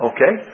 Okay